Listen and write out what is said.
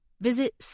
Visit